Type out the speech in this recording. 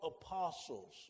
apostles